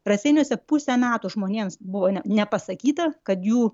raseiniuose pusę metų žmonėms buvo nepasakyta kad jų